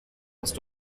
hast